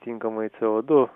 tinkamai cė o du